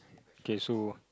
okay so